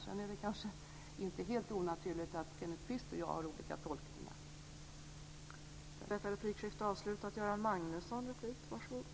Sedan är det kanske inte helt onaturligt att Kenneth Kvist och jag har olika tolkningar.